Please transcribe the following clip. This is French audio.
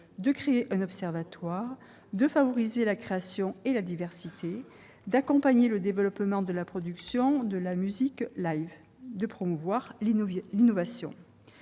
de créer un observatoire, de favoriser la création et la diversité, d'accompagner le développement de la production de la musique, de promouvoir l'innovation.